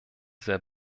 sehr